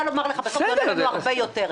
בסוף זה עולה לנו הרבה יותר.